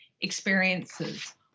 experiences